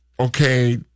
okay